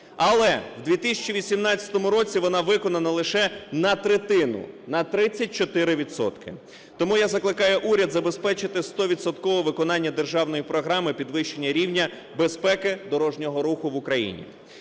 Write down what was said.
Але у 2018 році вона виконана лише на третину, на 34 відсотки. Тому я закликаю уряд забезпечити стовідсоткове виконання державної програми "Підвищення рівня безпеки дорожнього руху в Україні".